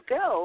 go